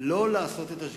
לא בכל דבר כדאי לעשות צחוק.